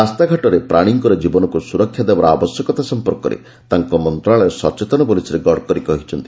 ରାସ୍ତାଘାଟରେ ପ୍ରାଣୀଙ୍କର ଜୀବନକୁ ସୁରକ୍ଷା ଦେବାର ଆବଶ୍ୟକତା ସମ୍ପର୍କରେ ତାଙ୍କ ମନ୍ତ୍ରଣାଳୟ ସଚେତନ ବୋଲି ଶ୍ରୀ ଗଡ଼କରୀ କହିଛନ୍ତି